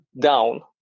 down